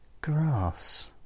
Grass